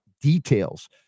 details